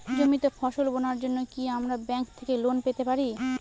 জমিতে ফসল বোনার জন্য কি আমরা ব্যঙ্ক থেকে লোন পেতে পারি?